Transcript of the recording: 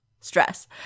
Stress